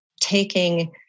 taking